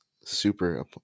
super